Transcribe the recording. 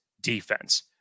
defense